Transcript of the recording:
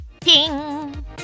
Ping